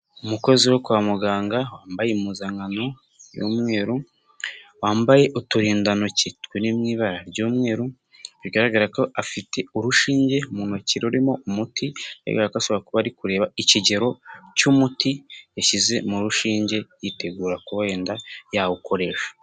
Umukozi wo kwa muganga wambaye impuzankano y'umweru, wambaye uturindantoki turi mu ibara ry'umweru, bigaragara ko afite urushinge mu ntoki rurimo umuti bigaragara ko ashobora ari kureba ikigero cy'umuti yashyize mu rushinge yitegura kuba yenda yawukoresha.